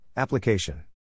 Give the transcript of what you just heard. Application